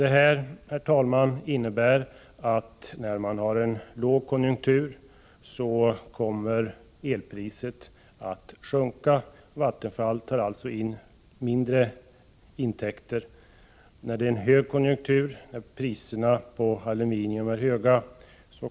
Det innebär, herr talman, att elpriset kommer att sjunka när vi har lågkonjunktur och att man kommer att ta ut mera när det är högkonjunktur och priserna på aluminium är höga.